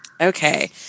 Okay